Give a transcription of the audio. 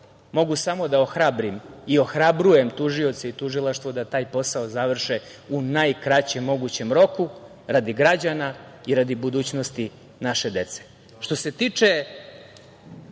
mogu samo da ohrabrim i ohrabrujem tužioce i tužilaštvo da taj posao završe u najkraćem mogućem roku radi građana i radi budućnosti naše dece. Što